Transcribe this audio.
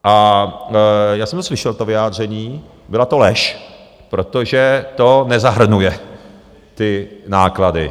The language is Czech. A já jsem slyšel to vyjádření, byla to lež, protože to nezahrnuje ty náklady.